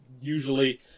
Usually